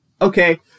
okay